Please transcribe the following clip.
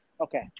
okay